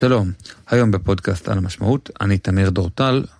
שלום, היום בפודקאסט על המשמעות, אני תמיר דורטל.